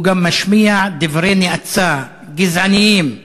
הוא גם משמיע דברי נאצה גזעניים,